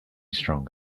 strong